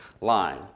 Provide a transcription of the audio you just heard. line